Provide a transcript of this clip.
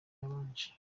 yabanje